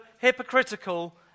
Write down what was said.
hypocritical